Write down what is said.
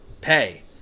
pay